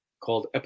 Called